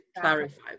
clarify